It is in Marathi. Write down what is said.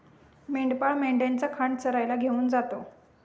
मेंढपाळ मेंढ्यांचा खांड चरायला घेऊन जातो